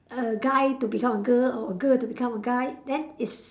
a guy to become a girl or a girl to become a guy then it's